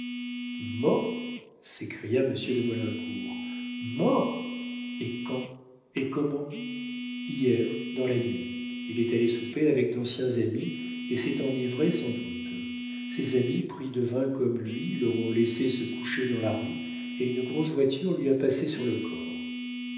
mort s'écria monsieur de maulincour mort et quand et comment hier dans la nuit il est allé souper avec d'anciens amis et s'est enivré sans doute ses amis pris de vin comme lui l'auront laissé se coucher dans la rue et une grosse voiture lui a passé sur le corps